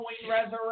Resurrection